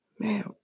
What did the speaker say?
Man